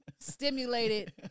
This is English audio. stimulated